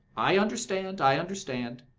i understand, i understand!